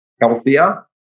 healthier